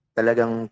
Talagang